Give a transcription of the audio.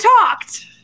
talked